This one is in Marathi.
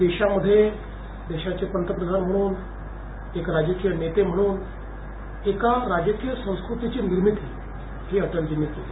देशामध्ये देशाचे पंतप्रधान म्हणून एक राजकीय नेते म्हणून एका राजकीय संस्कृतीची निर्मिती ही अटलजींनी केली